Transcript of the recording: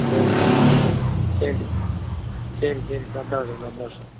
ശരി ശരി ശരി ശരി സന്തോഷം സന്തോഷം